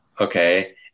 okay